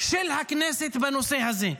של הכנסת בנושא הזה?